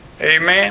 Amen